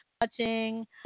watching